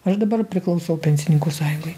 aš dabar priklausau pensininkų sąjungai